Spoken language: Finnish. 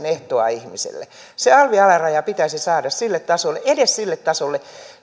ehto ihmiselle se alvin alaraja pitäisi saada sille tasolle edes sille tasolle